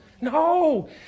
no